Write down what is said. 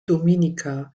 dominica